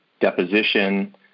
deposition